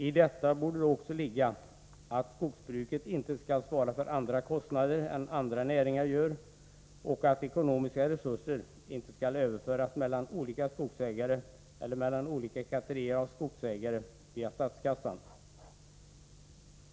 I detta borde då också ligga att skogsbruket inte skall svara för andra kostnader än andra näringar gör och att ekonomiska resurser inte skall överföras mellan olika skogsägare eller mellan olika kategorier av skogsägare via statskassan.